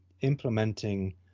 implementing